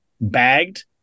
bagged